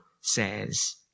says